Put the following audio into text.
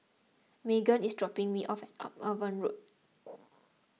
Meagan is dropping me off at Upavon Road